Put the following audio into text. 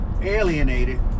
alienated